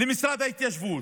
למשרד ההתיישבות.